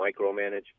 micromanage